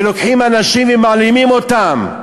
ולוקחים אנשים ומעלימים אותם.